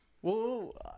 Whoa